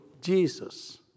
Jesus